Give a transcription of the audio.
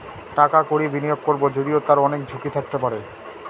টাকা কড়ি বিনিয়োগ করবো যদিও তার অনেক ঝুঁকি থাকতে পারে